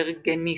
והיידלברגנסיס.